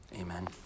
Amen